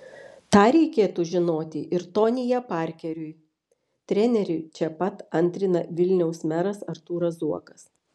tą reikėtų žinoti ir tonyje parkeriui treneriui čia pat antrina vilniaus meras artūras zuokas